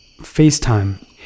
FaceTime